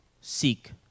seek